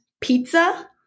pizza